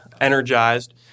energized